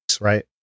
right